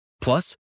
Plus